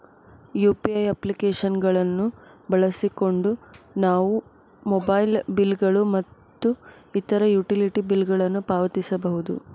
UPI application ಗಳನ್ನು ಬಳಸಿಕೊಂಡು ನಾವು ಮೊಬೈಲ್ ಬಿಲ್ ಗಳು ಮತ್ತು ಇತರ ಯುಟಿಲಿಟಿ ಬಿಲ್ ಗಳನ್ನು ಪಾವತಿಸಬಹುದು